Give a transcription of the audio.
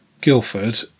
Guildford